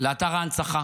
לאתר ההנצחה